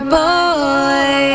boy